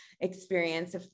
experience